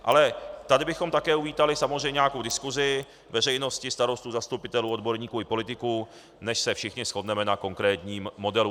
Ale tady bychom také uvítali samozřejmě nějakou diskusi veřejnosti, starostů, zastupitelů, odborníků i politiků, než se všichni shodneme na konkrétním modelu.